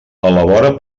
elabora